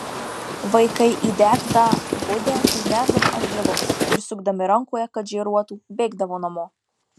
vaikai įdegtą budę užnerdavo ant vielos ir sukdami rankoje kad žėruotų bėgdavo namo